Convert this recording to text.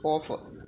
off